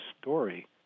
story